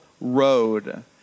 road